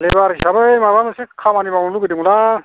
लेबार हिसाबै माबा मोनसे खामानि मावनो लुबैदोंमोन आं